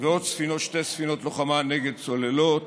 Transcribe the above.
ועוד שתי ספינות לוחמה נגד צוללות